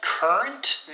Current